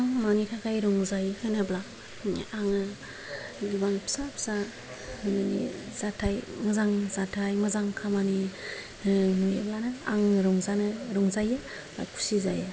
आं मानि थाखाय रंजायो होनोब्ला आङो गोबां फिसा फिसा माने जाथाय मोजां जाथाय मोजां खामानि नुयाब्लानो आङो रंजानो रंजायो खुसि जायो